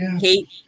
Kate